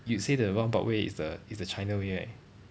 you say the roundabout way is the is the china way right